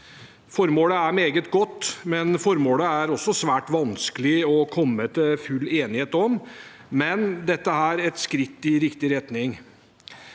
Formålet er meget godt, men formålet er også svært vanskelig å komme til full enighet om. Dette er et skritt i riktig retning.